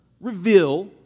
reveal